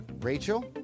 Rachel